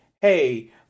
hey